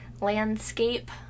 landscape